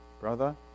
brother